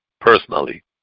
personally